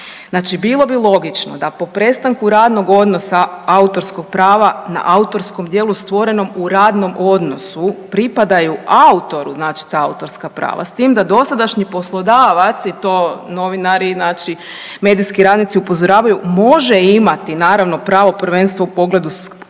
Znači, bilo bi logično da po prestanku radnog odnosa autorskog prava na autorskom djelu stvorenom u radnom odnosu pripadaju autoru znači ta autorska prava, s tim da dosadašnji poslodavac i to novinari, znači medijski radnici upozoravaju može imati naravno pravo prvenstva u pogledu sklapanja